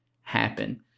happen